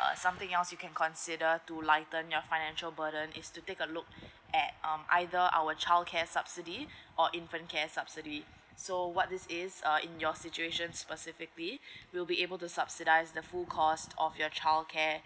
uh something else you can consider to lighten your financial burden is to take a look at um either our childcare subsidy or infant care subsidy so what this is uh in your situation specifically we'll be able to subsidize the full cost of your child care